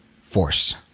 force